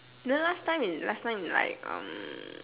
you know last time is last time is like um